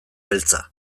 beltza